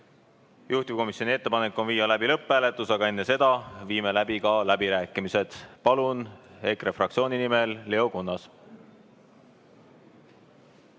Juhtivkomisjoni ettepanek on viia läbi lõpphääletus, aga enne seda viime läbi läbirääkimised. Palun, EKRE fraktsiooni nimel Leo Kunnas!